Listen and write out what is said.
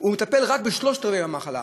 והוא מטפל רק בשלושת רבעי המחלה,